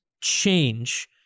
change